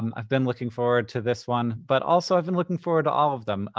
um i've been looking forward to this one, but also i've been looking forward to all of them.